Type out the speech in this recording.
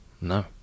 No